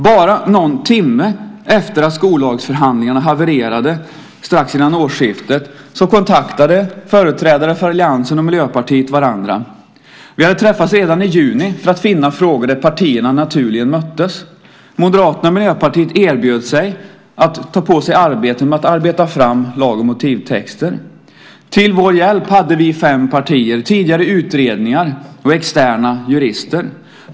Bara någon timme efter det att skollagsförhandlingarna havererade strax innan årsskiftet kontaktade företrädare för alliansen och Miljöpartiet varandra. Vi hade träffats redan i juni för att finna frågor där partierna naturligen möttes. Moderaterna och Miljöpartiet erbjöd sig att ta på sig arbetet med att arbeta fram lag och motivtexter. Till vår hjälp hade vi fem partier tidigare utredningar och externa jurister.